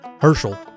Herschel